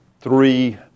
three